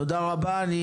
תודה רבה, אני